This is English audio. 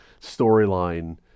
storyline